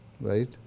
right